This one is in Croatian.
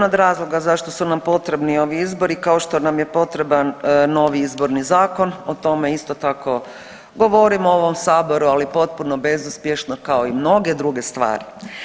Pa još jedan razloga zašto su nam potrebni ovi izbori kao što nam je potreban novi izborni zakon, o tome isto tako govorim u ovom saboru, ali potpuno bezuspješno kao i mnoge druge stvari.